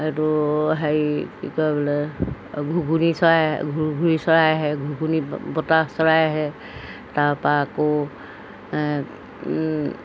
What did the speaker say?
এইটো হেৰি কি কয় বোলে ঘুগুনি চৰাই ঘূৰি চৰাই আহে ঘুগুনি বতা চৰাই আহে তাৰপৰা আকৌ